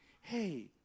hey